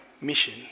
mission